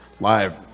live